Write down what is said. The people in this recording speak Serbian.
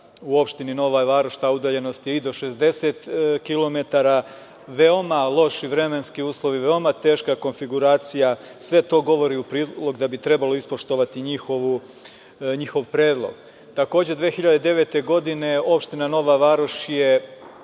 U opštini Nova Varoš ta udaljenost je i do 60 kilometara. Veoma loši vremenski uslovi, veoma teška konfiguracija. Sve to govori u prilog da bi trebalo ispoštovati njihov predlog. Takođe, 2009. godine opština Nova Varoš je